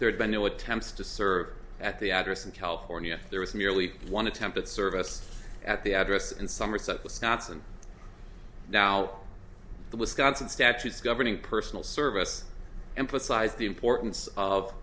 there had been no attempts to serve at the address in california there was merely one attempt at service at the address in somerset wisconsin now the wisconsin statutes governing personal service emphasize the importance of